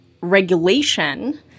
regulation